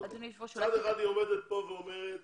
מצד אחד היא עומדת כאן ואומרת